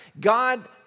God